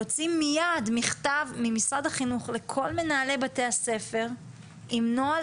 להוציא מייד מכתב ממשרד החינוך לכל מנהלי בתי הספר עם נוהל